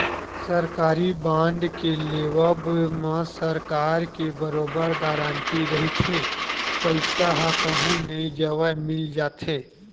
सरकारी बांड के लेवब म सरकार के बरोबर गांरटी रहिथे पईसा ह कहूँ नई जवय मिल जाथे